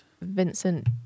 Vincent